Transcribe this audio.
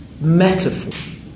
metaphor